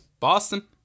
Boston